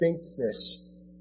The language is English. distinctness